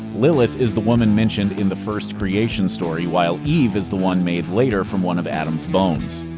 lilith is the woman mentioned in the first creation story, while eve is the one made later from one of adam's bones.